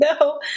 No